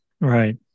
right